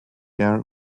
air